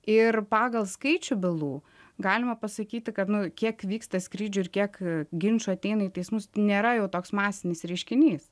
ir pagal skaičių bylų galima pasakyti kad nu kiek vyksta skrydžių ir kiek ginčų ateina į teismus nėra jau toks masinis reiškinys